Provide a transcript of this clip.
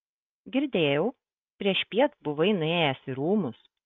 girdėjau priešpiet buvai nuėjęs į rūmus